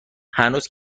هنوز